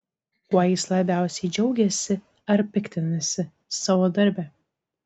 kuo jis labiausiai džiaugiasi ar piktinasi savo darbe